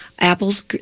Apples